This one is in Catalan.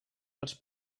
els